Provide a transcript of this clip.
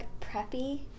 preppy